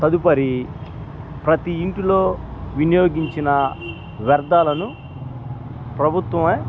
సదుపరి ప్రతి ఇంటిలో వినియోగించిన వ్యర్థాలను ప్రభుత్వమే